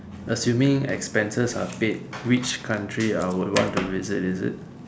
assuming expenses are paid which country I would want to visit is it